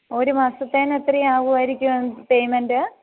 ഒരു മാസത്തിന് എത്രയാകുമായിരിക്കും പേയ്മെൻറ്റ്